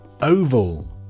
Oval